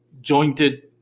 jointed